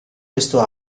questo